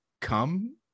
come